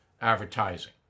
advertising